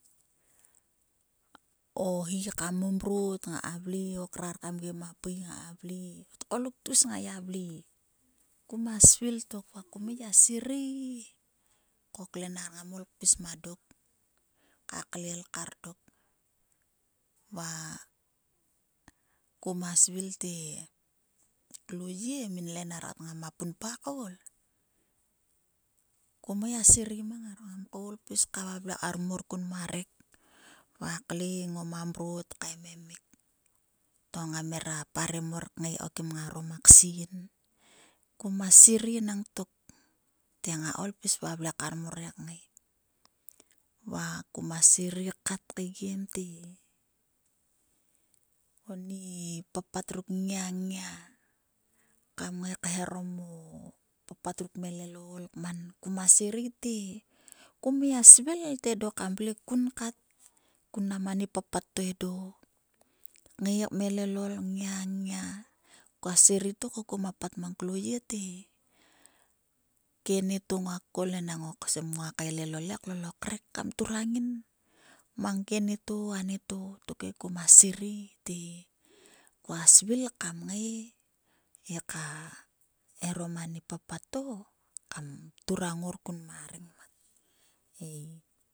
O hi kam momrot ngaka vle. o krar kam gem a pui ngaka vle. o tgoluk tgus nga gia vle. Kuma svil tok va kum ngai gia sirei ko klenar ngama ngai kpis mang dok. ka klel kar dokva kuma svil te, klo yie ngin lenar kat nga ma punpa koul. Kum ngai gla sirei mang ngar. Ngan koul pls ka vle kar mor kun ma vek va kle ngoma mvot kaememik to ngama parem mor kngai ko kim ngaro maksinn. Kuma sirei enangtok te ngak koul kpis vavle kar mor enangtok he kngai va kuma sirei kafte. oni papat ruknngia. nngia kam ngai kaeharom o papat ruk kmellelol kman kuma sirei te. Kum mia svil te dok kam vle kun kat kun mnam ani papat to edo. kngai kmelelol nngia nngia. Kua sirei tok ko kua past mang kia lyiete, kenieto nguak kol. Nguak kaelellellol he klol o krek kam turang ngin mang kenieto anieto he tok he kuma sivei he kua svil kam ngai he kaeharom anipapatto kam turang ngor kun ma rengmat. Ei